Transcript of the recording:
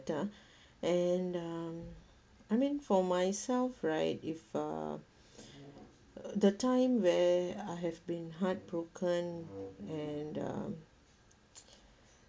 and um I mean for myself right if uh the time where I have been heartbroken and um